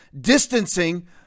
distancing